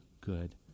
good